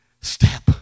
Step